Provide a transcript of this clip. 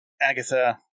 Agatha